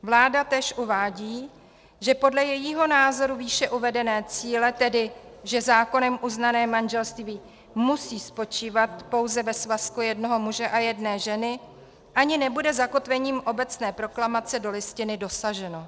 Vláda též uvádí, že podle jejího názoru výše uvedeného cíle, tedy že zákonem uznané manželství musí spočívat pouze ve svazku jednoho muže a jedné ženy, ani nebude zakotvením obecné proklamace do Listiny dosaženo.